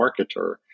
marketer